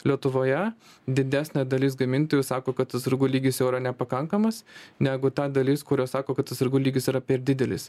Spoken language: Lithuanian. lietuvoje didesnė dalis gamintojų sako kad atsargų lygis jau yra nepakankamas negu ta dalis kurios sako kad atsargų lygis yra per didelis